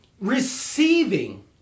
Receiving